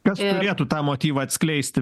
kas turėtų tą motyvą atskleisti